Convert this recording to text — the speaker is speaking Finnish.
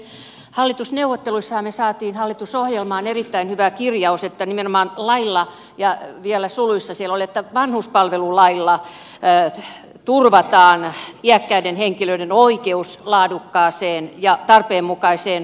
hallitusneuvotteluissahan me saimme hallitusohjelmaan erittäin hyvän kirjauksen että nimenomaan lailla ja vielä suluissa siellä oli että vanhuspalvelulailla turvataan iäkkäiden henkilöiden oikeus laadukkaaseen ja tarpeenmukaiseen hoivaan